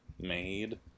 made